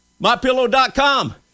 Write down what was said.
MyPillow.com